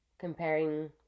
Comparing